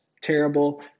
terrible